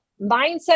mindset